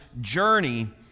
journey